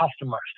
customers